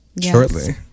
shortly